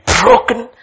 broken